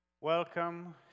Welcome